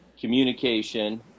communication